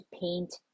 paint